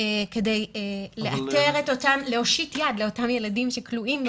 כדי להושיט יד לאותם ילדים שכלואים בבית.